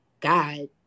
God